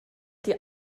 die